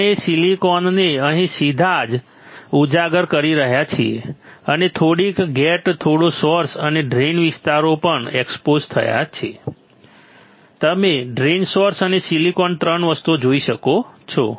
આપણે સીલીકોનને અહીં સીધા જ ઉજાગર કરી શકીએ છીએ અને થોડોક ગેટ થોડો સોર્સ અને ડ્રેઇન વિસ્તારો પણ એક્સપોઝ થયા છે તમે ડ્રેઇન સોર્સ અને સિલિકોન ત્રણ વસ્તુઓ જોઈ શકો છો